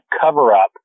cover-up